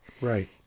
right